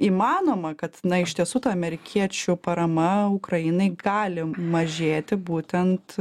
įmanoma kad na iš tiesų ta amerikiečių parama ukrainai gali mažėti būtent